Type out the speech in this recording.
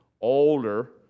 older